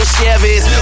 Chevys